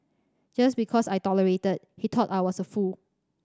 just because I tolerated he thought I was a fool